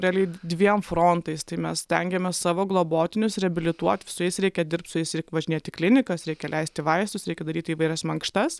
realiai dviem frontais tai mes stengiamės savo globotinius reabilituoti su jais reikia dirbti su jais reik važinėt į klinikas reikia leisti vaistus reikia daryti įvairias mankštas